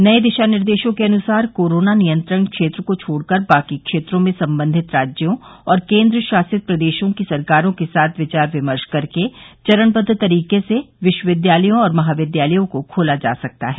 नये दिशा निर्देशों के अनुसार कोरोना नियंत्रण क्षेत्र को छोड़कर बाकी क्षेत्रों में संबंधित राज्यों और केन्द्रशासित प्रदेशों की सरकारों के साथ विचार विमर्श करके चरणबद्व तरीके से विश्वविद्यालयों और महाविद्यालयों को खोला जा सकता है